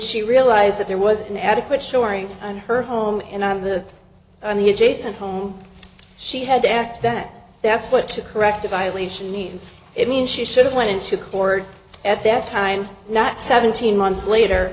she realized that there was an adequate showing on her home and on the on the adjacent home she had to act that that's what to correct a violation means it means she should have went into court at that time not seventeen months later